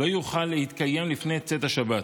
לא יוכל להתקיים לפני צאת השבת.